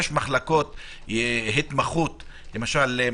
יש מחלקות התמחות למשל,